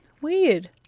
Weird